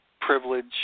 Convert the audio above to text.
privilege